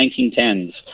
1910s